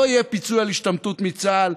לא יהיה פיצוי על השתמטות מצה"ל.